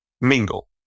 mingle